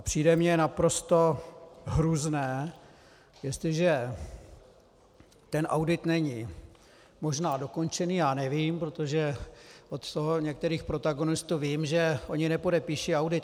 Přijde mně naprosto hrůzné, jestliže audit není možná dokončený, já nevím, protože od některých protagonistů vím, že nepodepíší audit.